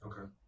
okay